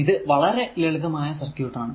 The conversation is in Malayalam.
ഇത് വളരെ ലളിതമായ സർക്യൂട് ആണ്